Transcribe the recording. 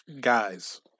Guys